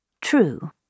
True